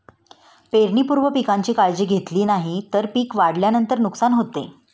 पेरणीपूर्वी पिकांची काळजी घेतली नाही तर पिक वाढल्यानंतर नुकसान होते